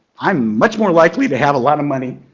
i'm much more likely to have a lot of money.